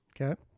Okay